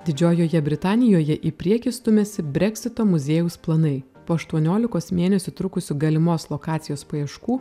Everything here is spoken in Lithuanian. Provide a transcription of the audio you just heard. didžiojoje britanijoje į priekį stumiasi breksito muziejaus planai po aštuoniolikos mėnesių trukusių galimos lokacijos paieškų